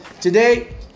today